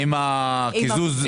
עם הקיזוז,